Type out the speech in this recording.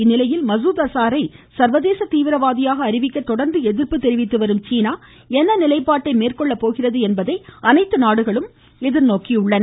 இந்நிலையில் மசூத் அசாரை சர்வதேச தீவிரவாதியாக அறிவிக்க தொடர்ந்து எதிர்ப்பு தெரிவித்து வரும் சீனா என்ன நிலைப்பாட்டை மேற்கொள்ளப்போகிறது என்பதை அனைத்து நாடுகளும் எதிர் நோக்கியுள்ளன